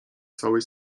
całej